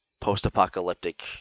post-apocalyptic